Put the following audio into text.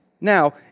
Now